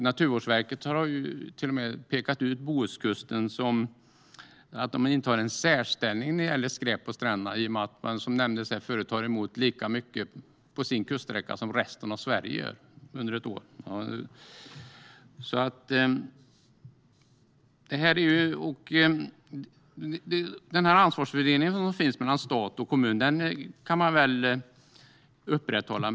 Naturvårdsverket har till och med pekat ut att Bohuskusten intar en särställning när det gäller skräp på stränderna i och med att man, som nämndes här förut, tar emot lika mycket på sin kuststräcka som resten av Sverige gör under ett år. Ansvarsfördelningen mellan stat och kommun kan väl upprätthållas.